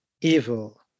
evil